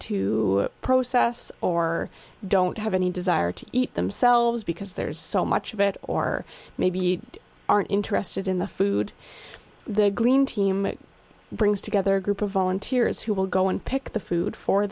to process or don't have any desire to eat themselves because there's so much of it or maybe aren't interested in the food the green team brings together a group of volunteers who will go and pick the food for